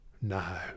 No